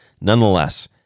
Nonetheless